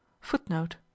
Footnote